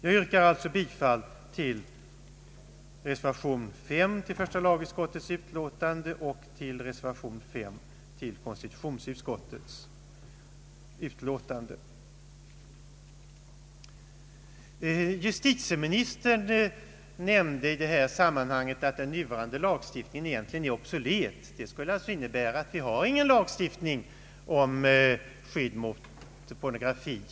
Herr talman! Jag yrkar nu bifall till reservation 5 vid första lagutskottets utlåtande och kommer senare att yrka bifall till reservation 5 vid konstitutionsutskottets utlåtande. Justitieministern nämnde i detta sammanhang att den nuvarande lagstiftningen egentligen är obsolet. Det skulle innebära att vi i själva verket inte har någon lagstiftning om skydd mot pornografi.